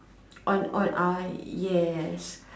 on on I yes